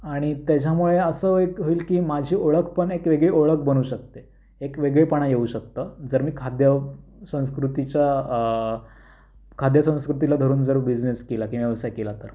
आणि त्याच्यामुळे असं एक होईल की माझी ओळख पण एक वेगळी ओळख बनू शकते एक वेगळेपणा येऊ शकतं जर मी खाद्यसंस्कृतीचा खाद्यसंस्कृतीला धरून जर बिझनेस केला किंवा व्यवसाय केला तर